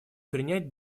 принять